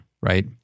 right